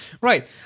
Right